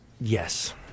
Yes